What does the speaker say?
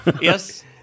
yes